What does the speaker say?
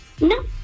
no